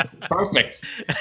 Perfect